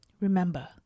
Remember